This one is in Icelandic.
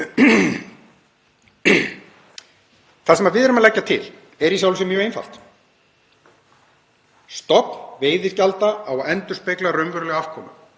Það sem við erum að leggja til er í sjálfu sér mjög einfalt. Stofn veiðigjalda á að endurspegla raunverulega afkomu.